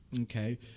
okay